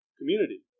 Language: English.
community